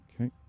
okay